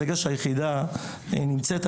ברגע שהיחידה נמצאת,